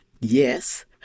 yes